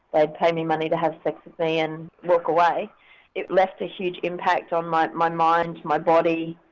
ah pay me money to have sex with me and walk away it left a huge impact on my my mind, my body,